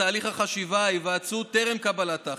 בתהליך החשיבה והיוועצות טרם קבלת ההחלטות,